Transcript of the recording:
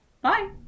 Bye